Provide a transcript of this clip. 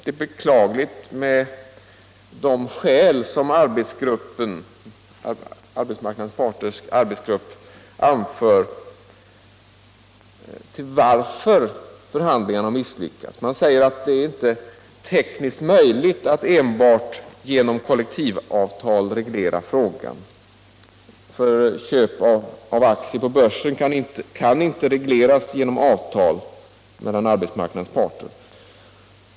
De skäl som den av arbetsmarknadens parter tillsatta arbetsgruppen anför till att förhandlingarna har misslyckats finner jag beklagliga. Man säger att det inte är tekniskt möjligt att enbart genom kollektivavtal reglera frågan. Nr 76 Köp av aktier på börsen kan inte regleras genom avtal mellan arbetsmark Fredagen den nadens parter.